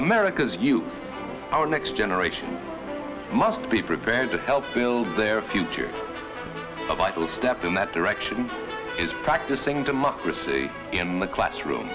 americas you our next generation must be prepared to help build their future of life will step in that direction is practicing democracy in the classroom